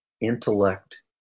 intellect